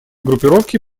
группировки